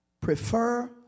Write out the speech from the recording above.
prefer